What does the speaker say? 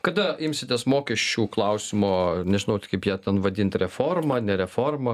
kada imsitės mokesčių klausimo nežinau tai kaip ją ten vadint reforma ne reforma